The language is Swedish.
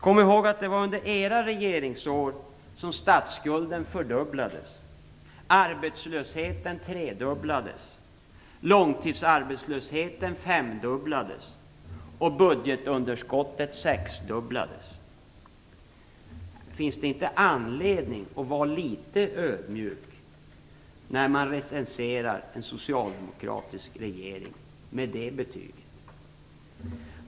Kom ihåg att det var under era regeringsår som statsskulden fördubblades, arbetslösheten tredubblades, långtidsarbetslösheten femdubblades och budgetunderskottet sexdubblades. Finns det inte anledning att med det betyget vara litet ödmjuk när man recenserar en socialdemokratisk regering?